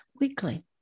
weekly